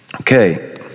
Okay